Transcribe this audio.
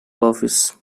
office